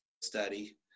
study